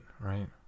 Right